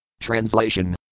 Translation